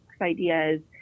ideas